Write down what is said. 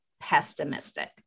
pessimistic